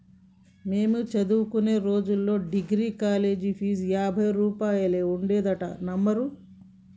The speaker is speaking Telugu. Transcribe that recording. మేము చదువుకునే రోజుల్లో డిగ్రీకి కాలేజీ ఫీజు యాభై రూపాయలే ఉండేదంటే నమ్మరు